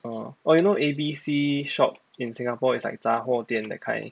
orh orh you know A_B_C shop in singapore is like 杂货店 that kind